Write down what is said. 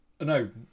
No